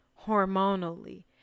hormonally